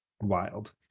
Wild